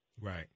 Right